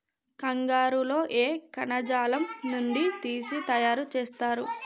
కంగారు లో ఏ కణజాలం నుండి తీసి తయారు చేస్తారు?